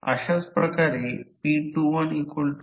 तर या प्रकरणात फक्त I2 2 समान घ्या